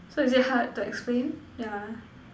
so is it hard to explain yeah